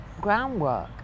groundwork